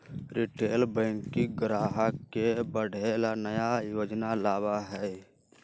retail banking ग्राहक के बढ़े ला नया योजना लावा हई